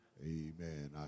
Amen